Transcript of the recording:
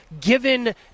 given